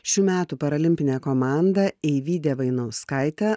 šių metų paralimpinė komandą eivyde vainauskaite